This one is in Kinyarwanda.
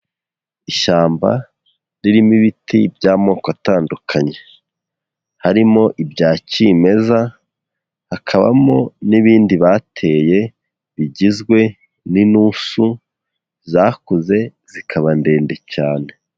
Ishyamba ririmo ibiti by'amoko atandukanye. Harimo ibya kimeza, hakabamo n'ibindi bateye bigizwe n'inturusu zakuze zikaba ndende cyane.